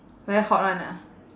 very hot [one] ah